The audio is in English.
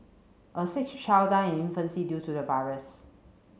a sixth child died in infancy due to the virus